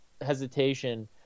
hesitation